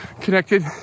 connected